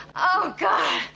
oh god,